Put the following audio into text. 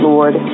Lord